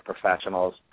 professionals